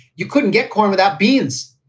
you couldn't get corn without beans,